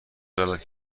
دارد